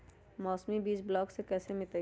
मौसमी बीज ब्लॉक से कैसे मिलताई?